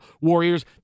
Warriors